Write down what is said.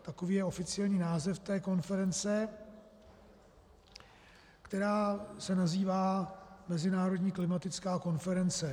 Takový je oficiální název té konference, která se nazývá mezinárodní klimatická konference.